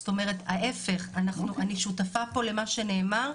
זאת אומרת, ההיפך, אני שותפה פה למה שנאמר.